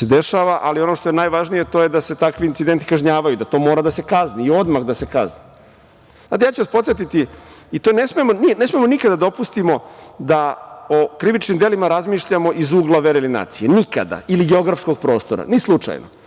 dešava. Ali, ono što je najvažnije je to da se takvi incidenti kažnjavaju, da to mora da se kazni, odmah da se kazni. Ja ću vas podsetiti, i to ne smemo nikada da dopustimo, da o krivičnim delima razmišljamo iz ugla vere ili nacije, nikada, ili geografskog prostora, ni slučajno.